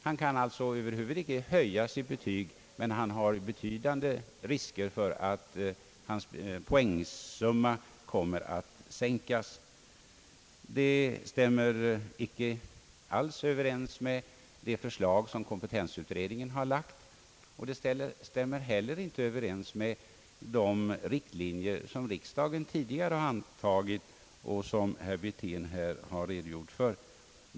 Han kan alltså över huvud taget inte höja sitt betyg, men det finns betydande risker för att hans poängsumma kommer att sänkas. Detta stämmer icke alls överens med det förslag som kompetensutredningen framlagt, och det stämmer heller inte överens med de riktlinjer som riksdagen tidigare har antagit och som herr Wirtén har redogjort för.